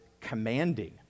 commanding